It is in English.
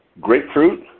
grapefruit